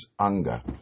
anger